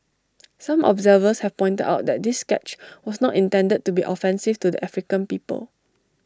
some observers have pointed out that this sketch was not intended to be offensive to the African people